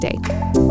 day